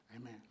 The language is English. Amen